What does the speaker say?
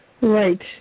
Right